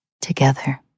together